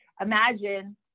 imagine